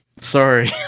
Sorry